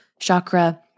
chakra